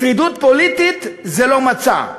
שרידות פוליטית זה לא מצע.